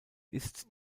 ist